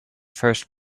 first